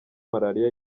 malaria